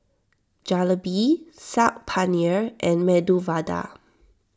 Jalebi Saag Paneer and Medu Vada